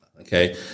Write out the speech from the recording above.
Okay